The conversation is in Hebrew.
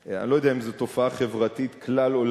אני לא יודע אם זו תופעה חברתית כלל-עולמית